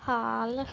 ਹਾਲ